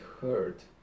hurt